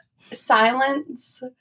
silence